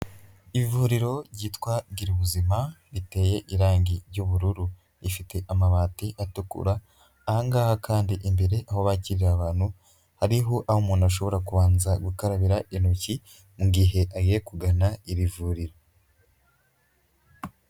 Ivuriro ryitwa girubuzima riteye irangi ry'ubururu, rifite amabati atukura aha ngaha kandi imbere aho bakirira abantu hariho aho umuntu ashobora kubanza gukarabira intoki mu gihe agiye kugana iri vuriro.